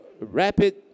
rapid